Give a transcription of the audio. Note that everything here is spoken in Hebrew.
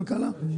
כלכלה.